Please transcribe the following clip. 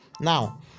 now